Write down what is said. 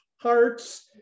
hearts